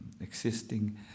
existing